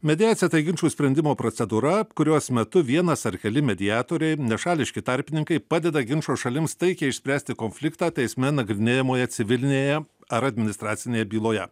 mediacija tai ginčų sprendimo procedūra kurios metu vienas ar keli mediatoriai nešališki tarpininkai padeda ginčo šalims taikiai išspręsti konfliktą teisme nagrinėjamoje civilinėje ar administracinėje byloje